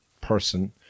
person